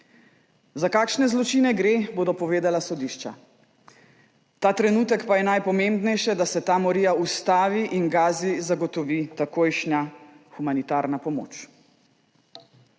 Za kakšne zločine gre, bodo povedala sodišča. Ta trenutek pa je najpomembnejše, da se ta morija ustavi in Gazi zagotovi takojšnja humanitarna pomoč.